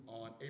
on